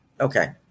Okay